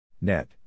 Net